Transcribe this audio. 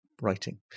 writing